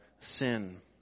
sin